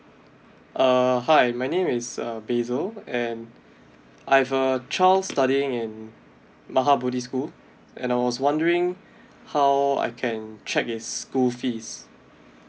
uh hi my name is uh bazel and I've a child studying in maha bodhi school and I was wondering how I can check its school fees